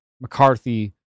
McCarthy